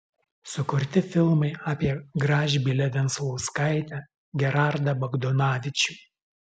sukurti filmai apie gražbylę venclauskaitę gerardą bagdonavičių